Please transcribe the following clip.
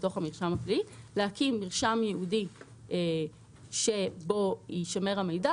להקים מרשם ייעודי שבו יישמר המידע.